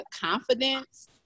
confidence